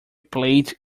played